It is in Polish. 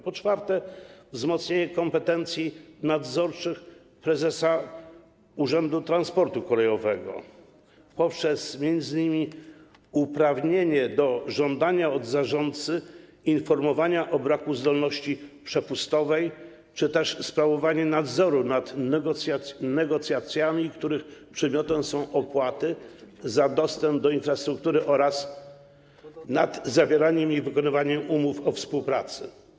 Po czwarte, wzmocnienie kompetencji nadzorczych prezesa Urzędu Transportu Kolejowego, m.in. poprzez uprawnienie do żądania od zarządcy informacji o braku zdolności przepustowej czy też sprawowanie nadzoru nad negocjacjami, których przedmiotem są opłaty za dostęp do infrastruktury, oraz nad zawieraniem i wykonaniem umów o współpracy.